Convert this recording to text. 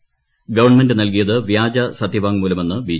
നടത്തിയ ഗവൺമെന്റ് നൽകിയത് വ്യാജ സത്യവാങ്മൂലമെന്ന് ബി